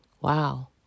Wow